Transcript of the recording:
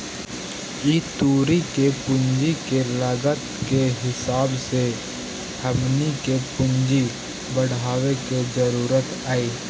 ई तुरी के पूंजी के लागत के हिसाब से हमनी के पूंजी बढ़ाबे के जरूरत हई